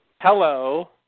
Hello